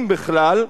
אם בכלל,